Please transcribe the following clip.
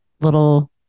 little